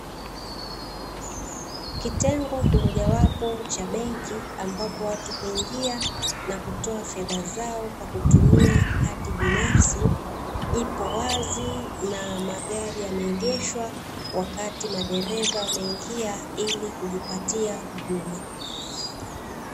Kitengo kimojawapo cha benki ambapo watu huingia na kutoa fedha zao kwa kutumia kadi binafsi, ipo wazi na magari yameegeshwa wakati madereva wameingia ili kujipatia huduma.